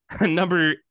Number